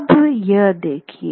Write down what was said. अब ये देखिए